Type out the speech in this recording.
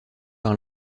par